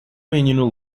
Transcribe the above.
menino